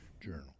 journal